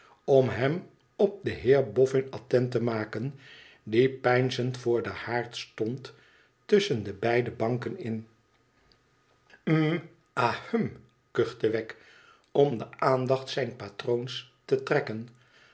om hem op da heerboffin attent temaken die peinzend voor den haard stond tusscben de beide banken in hro ahem kuchte wegg om de aandacht zijns patroons te trekken